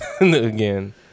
again